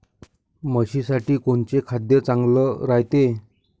म्हशीसाठी कोनचे खाद्य चांगलं रायते?